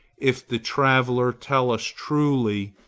if the traveller tell us truly,